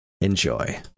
Enjoy